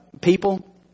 people